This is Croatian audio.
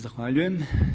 Zahvaljujem.